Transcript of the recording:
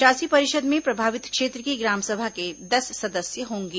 शासी परिषद में प्रभावित क्षेत्र की ग्रामसभा के दस सदस्य होंगे